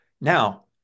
Now